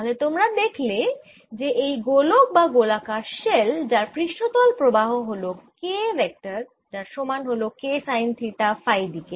তাহলে তোমরা দেখলে যে এই গোলক বা গোলাকার শেল যার পৃষ্ঠতল প্রবাহ হল K ভেক্টর যার সমান হল K সাইন থিটা ফাই দিকে